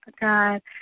God